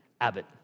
Abbott